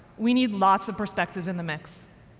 we need lots of perspectives in the mix.